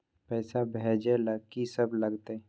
पैसा भेजै ल की सब लगतै?